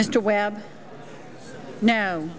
mr webb now